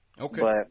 Okay